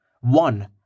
one